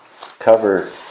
cover